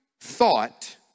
thought